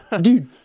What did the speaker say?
Dude